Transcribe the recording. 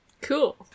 cool